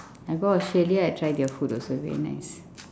I go australia I try their food also very nice